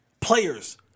players